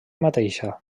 mateixa